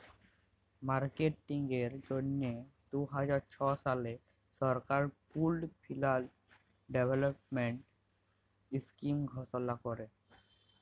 মার্কেটিংয়ের জ্যনহে দু হাজার ছ সালে সরকার পুল্ড ফিল্যাল্স ডেভেলপমেল্ট ইস্কিম ঘষলা ক্যরে